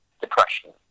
depression